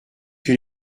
que